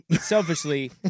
Selfishly